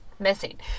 missing